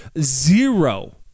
zero